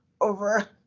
over